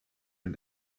den